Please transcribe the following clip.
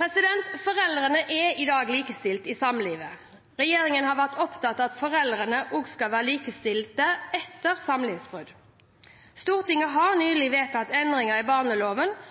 Foreldrene er i dag likestilt i samlivet. Regjeringen er opptatt av at foreldrene også skal være likestilte etter et samlivsbrudd. Stortinget har nylig vedtatt endringer i barneloven